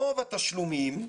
רוב התשלומים,